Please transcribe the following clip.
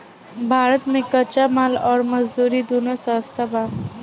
भारत मे कच्चा माल अउर मजदूरी दूनो सस्ता बावे